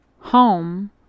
home